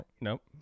nope